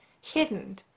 hidden